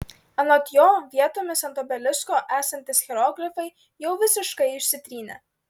anot jo vietomis ant obelisko esantys hieroglifai jau visiškai išsitrynė